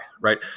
right